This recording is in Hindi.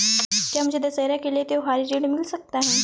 क्या मुझे दशहरा के लिए त्योहारी ऋण मिल सकता है?